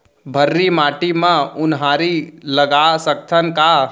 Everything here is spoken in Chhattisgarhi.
भर्री माटी म उनहारी लगा सकथन का?